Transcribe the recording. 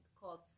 Called